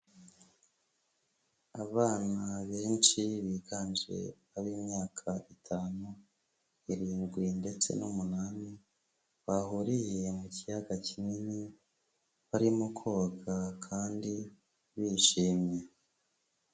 Abana benshi biganje ab'imyaka itanu, irindwi ndetse n'umunani, bahuriye mu kiyaga kinini, barimo koga kandi bishimye.